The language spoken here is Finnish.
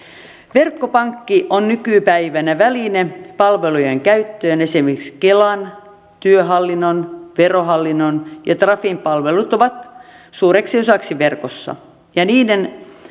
verkkopankki on nykypäivänä väline palvelujen käyttöön esimerkiksi kelan työhallinnon verohallinnon ja trafin palvelut ovat suureksi osaksi verkossa ja niiden